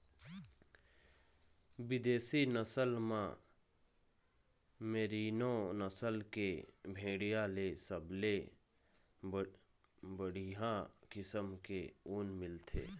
बिदेशी नसल म मेरीनो नसल के भेड़िया ले सबले बड़िहा किसम के ऊन मिलथे